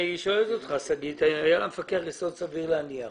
שואלת אותך שגית לגבי היה למפקח יסוד סביר להניח.